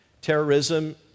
terrorism